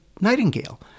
Nightingale